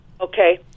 Okay